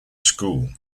school